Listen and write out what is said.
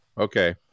Okay